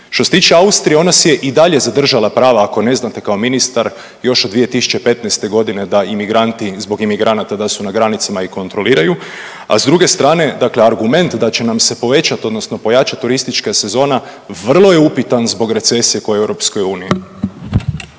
Što se tiče Austrije ona si je i dalje zadržala prava ako ne znate kao ministar još od 2015. godine da imigranti, zbog imigranata da su na granicama i kontroliraju. A s druge strane, dakle argument da će nam se povećat odnosno pojačaj turistička sezona vrlo je upitan zbog recesije koja je u EU.